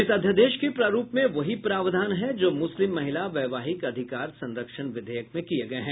इस अध्यादेश के प्रारूप में वही प्रावधान हैं जो मुस्लिम महिला वैवाहिक अधिकार संरक्षण विधेयक में किये गये हैं